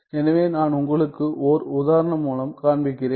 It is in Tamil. எனவே நான் உங்களுக்கு ஓர் உதாரணம் மூலம் காண்பிக்கிறேன்